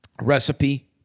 recipe